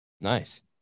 Nice